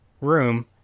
room